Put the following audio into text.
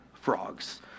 frogs